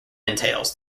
entails